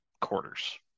quarters